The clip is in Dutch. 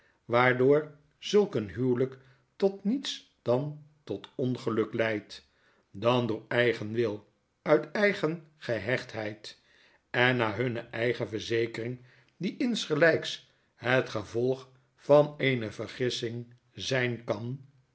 waardoor zulk een huwelyk tot niets dan tot ongeluk leidt dan door eigen wil uit eigen gehechtheid en na hunne eigen verzekering die insgelyks het gevolg van eene vergissing zyn kan